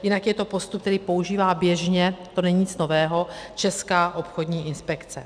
Jinak je to postup, který používá běžně, to není nic nového, Česká obchodní inspekce.